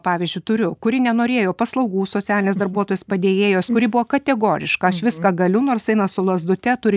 pavyzdžiui turiu kuri nenorėjo paslaugų socialinės darbuotojos padėjėjos kuri buvo kategoriška aš viską galiu nors eina su lazdute turi